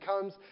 comes